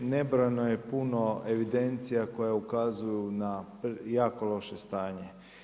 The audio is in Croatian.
Nebrojeno je puno evidencija koje ukazuju na jako loše stanje.